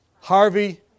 Harvey